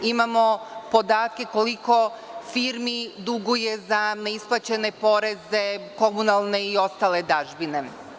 Imamo podatke koliko firmi duguje za neisplaćene poreze, komunalne i ostale dažbine.